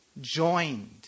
joined